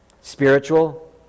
spiritual